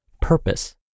purpose